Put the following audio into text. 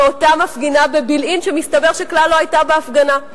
אותה מפגינה בבילעין שמסתבר שכלל לא היתה בהפגנה.